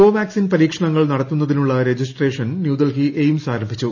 കോവാക്സിൻ പരീക്ഷണങ്ങൾ നടത്തുന്നതിനുള്ള രജിസ്ട്രേഷൻ ന്യൂഡൽഹി എയിംസ് ആരംഭിച്ചു